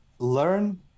Learn